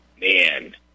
man